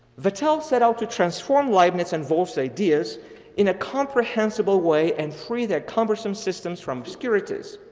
vattel said, to transform liveness in wolff's ideas in a comprehensible way and free their cumbersome systems from securities.